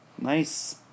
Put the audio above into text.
Nice